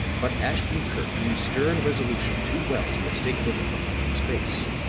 but ashton-kirk knew stern resolution too well to mistake the look on the mute's face.